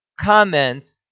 comments